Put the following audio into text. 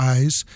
Eyes